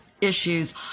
issues